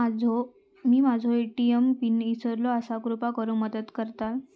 मी माझो ATM PIN इसरलो आसा कृपा करुन मदत करताल